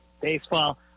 baseball